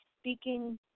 speaking